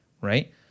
right